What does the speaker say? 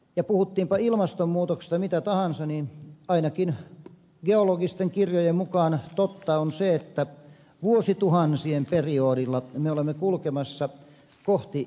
ja puhuttiinpa ilmastonmuutoksesta mitä tahansa niin ainakin geologisten kirjojen mukaan totta on se että vuosituhansien periodilla me olemme kulkemassa kohti jääkautta